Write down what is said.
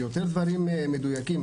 יותר דברים מדויקים.